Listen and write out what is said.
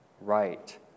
right